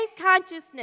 consciousness